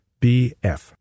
bf